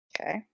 Okay